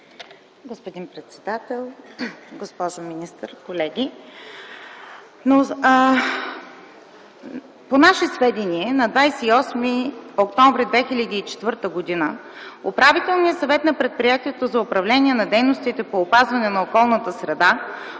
Господин председател, госпожо министър, колеги! По наше сведение на 28 октомври 2004 г. Управителният съвет на Предприятието за управление на дейностите по опазване на околната среда